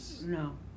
No